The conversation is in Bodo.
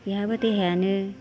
बिहाबो देहायानो